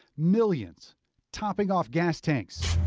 millions topping off gas tanks,